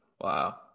Wow